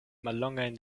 mallongajn